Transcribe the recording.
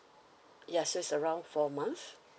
ya so is around four month